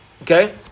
Okay